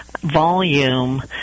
volume